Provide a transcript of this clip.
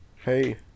Hey